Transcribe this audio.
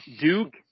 Duke